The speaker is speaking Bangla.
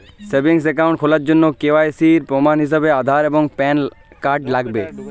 সেভিংস একাউন্ট খোলার জন্য কে.ওয়াই.সি এর প্রমাণ হিসেবে আধার এবং প্যান কার্ড লাগবে